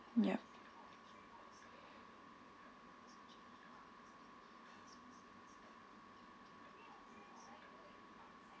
yup